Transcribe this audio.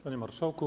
Panie Marszałku!